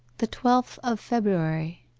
the twelfth of february